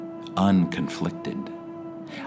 unconflicted